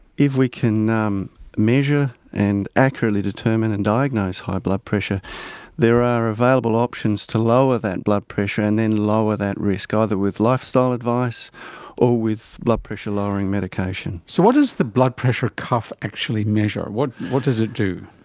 if we can um measure and accurately determine and diagnose high blood pressure there are available options to lower that blood pressure and then lower that risk, ah either with lifestyle advice or with blood pressure lowering medication. so what does the blood pressure cuff actually measure, what what does it do?